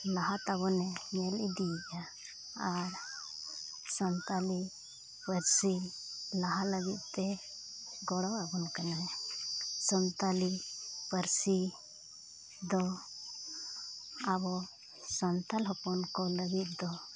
ᱞᱟᱦᱟ ᱛᱟᱵᱚᱱᱮ ᱧᱮᱞ ᱤᱫᱤᱭᱮᱫᱟ ᱟᱨ ᱥᱟᱱᱛᱟᱞᱤ ᱯᱟᱹᱨᱥᱤ ᱞᱟᱦᱟ ᱞᱟᱹᱜᱤᱫᱼᱛᱮ ᱜᱚᱲᱚ ᱟᱵᱚᱱ ᱠᱟᱱᱟᱭ ᱥᱟᱱᱛᱟᱞᱤ ᱯᱟᱹᱨᱥᱤ ᱫᱚ ᱟᱵᱚ ᱥᱟᱱᱛᱟᱞ ᱦᱚᱯᱚᱱ ᱠᱚ ᱞᱟᱹᱜᱤᱫ ᱫᱚ